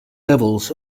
levels